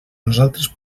nosaltres